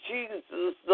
Jesus